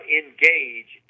engage